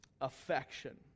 affection